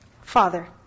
father